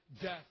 death